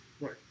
Right